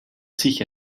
sich